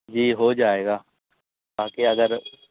جی ہو جائے گا تاکہ اگر